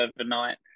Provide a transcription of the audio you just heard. overnight